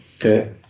Okay